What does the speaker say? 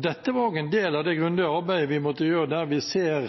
Dette var også en del av det grundige arbeidet vi måtte gjøre, der vi så på